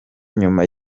nyuma